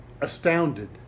astounded